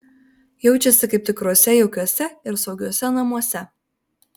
jaučiasi kaip tikruose jaukiuose ir saugiuose namuose